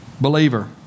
Believer